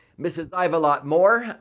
missus i have a lot more,